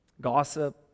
gossip